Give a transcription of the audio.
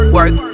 Work